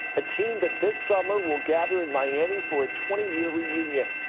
a team that this summer will gather in miami for a twenty year reunion.